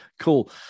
Cool